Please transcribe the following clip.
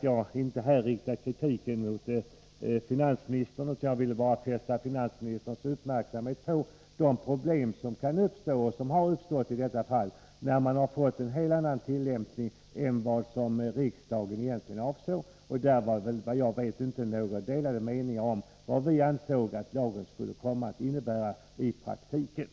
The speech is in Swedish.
Jag riktade inte kritik mot finansministern, utan jag ville fästa finansministerns uppmärksamhet på de problem som kan uppstå och som uppstått i år då reglerna fått en helt annan tillämpning än vad riksdagen egentligen avsåg. Såvitt jag vet rådde det inga delade meningar om vad lagen skulle komma att innebära i praktiken.